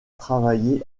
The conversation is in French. travailler